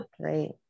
Great